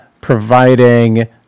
providing